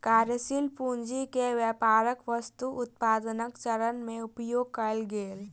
कार्यशील पूंजी के व्यापारक वस्तु उत्पादनक चरण में उपयोग कएल गेल